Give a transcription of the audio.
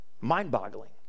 mind-boggling